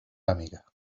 amiga